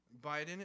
Biden